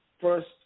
First